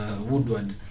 Woodward